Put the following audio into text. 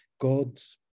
God's